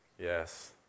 Yes